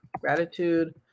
gratitude